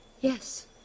Yes